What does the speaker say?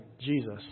Jesus